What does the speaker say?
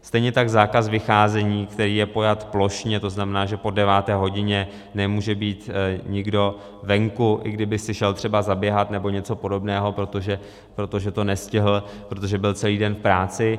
Stejně tak zákaz vycházení, který je pojat plošně, to znamená, že po deváté hodině nemůže být nikdo venku, i kdyby si šel třeba zaběhat nebo něco podobného, protože to nestihl, protože byl celý den v práci.